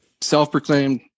self-proclaimed